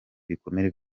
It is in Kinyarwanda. ibikomere